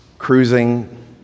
Cruising